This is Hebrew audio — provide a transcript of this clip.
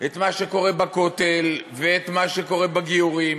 את מה שקורה בכותל, ואת מה שקורה בגיורים.